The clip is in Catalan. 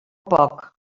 poc